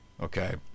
Okay